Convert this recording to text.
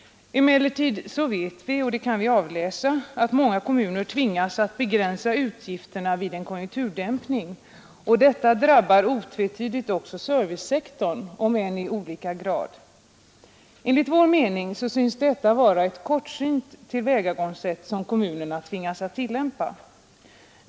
Emellertid vet vi — det kan vi avläsa — att många kommuner tvingas begränsa utgifterna vid en konjunkturdämpning, och detta drabbar otvetydigt också servicesektorn — om än i olika grad. Enligt vår mening förefaller det vara ett kortsynt tillvägagångssätt som kommunerna tvingas tillämpa.